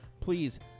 Please